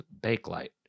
Bakelite